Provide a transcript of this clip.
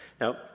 Now